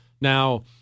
Now